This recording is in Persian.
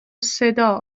صدا